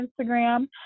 Instagram